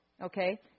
Okay